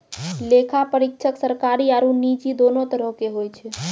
लेखा परीक्षक सरकारी आरु निजी दोनो तरहो के होय छै